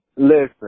Listen